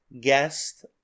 guest